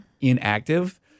inactive